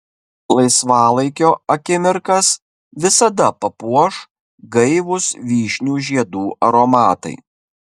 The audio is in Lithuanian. laisvalaikio akimirkas visada papuoš gaivūs vyšnių žiedų aromatai